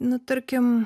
nu tarkim